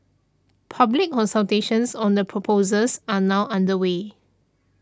public consultations on the proposals are now underway